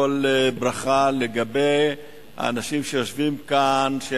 יודע שבקווים עירוניים זה אי-אפשר,